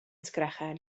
sgrechian